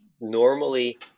normally